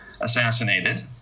assassinated